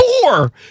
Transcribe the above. four